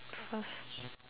first